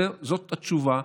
זאת התשובה,